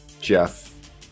Jeff